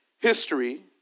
history